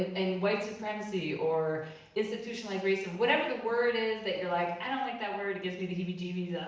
and white supremacy or institutionalized racism, whatever the word is that you're like, i don't like that word, it gives me the heebie-jeebies